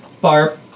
Barb